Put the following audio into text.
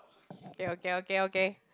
okay okay okay okay